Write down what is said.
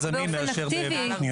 --- ברישוי זה יותר מיזמים מאשר בבנייה.